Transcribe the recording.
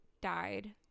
died